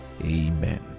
Amen